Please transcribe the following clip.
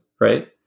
right